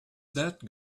that